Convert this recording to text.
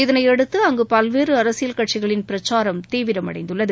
இதனையடுத்துஅங்கபல்வேறுஅரசியல் கட்சிகளின் பிரச்சாரம் தீவிரமடைந்துள்ளது